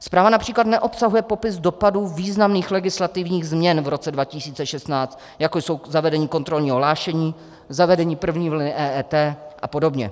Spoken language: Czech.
Zpráva například neobsahuje popis dopadů významných legislativních změn v roce 2016, jako je zavedení kontrolního hlášení, zavedení první vlny EET a podobně.